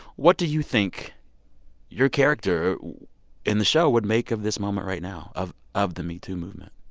what do you think your character in the show would make of this moment right now, of of the me too movement?